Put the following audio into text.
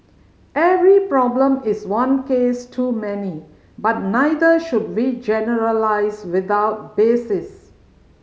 every problem is one case too many but neither should we generalise without basis